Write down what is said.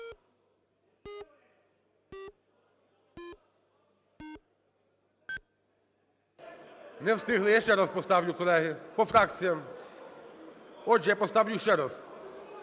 Не встигли. Я ще раз поставлю, колеги. По фракціям. Отже, я поставлю ще раз.